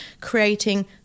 creating